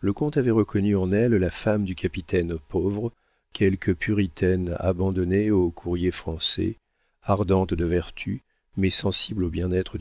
le comte avait reconnu en elle la femme du capitaine pauvre quelque puritaine abonnée au courrier français ardente de vertu mais sensible au bien-être